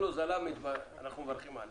כל הוזלה אנחנו מברכים עליה.